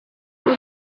uri